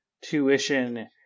tuition